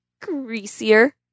greasier